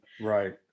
Right